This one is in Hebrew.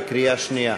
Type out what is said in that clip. בקריאה שנייה.